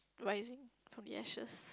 rising from the ashes